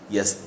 Yes